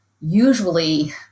usually